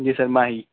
جی sir ماہی